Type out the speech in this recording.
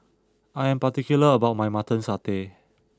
I am particular about my Mutton Satay